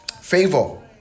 favor